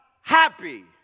happy